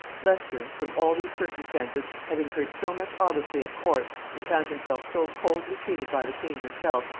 leicester, from all these circumstances, had incurred so much obloquy at court, and found himself so coldly treated by the queen herself,